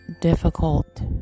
difficult